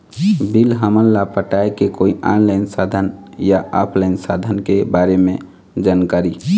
Bill हमन ला पटाए के कोई ऑनलाइन साधन या ऑफलाइन साधन के बारे मे जानकारी?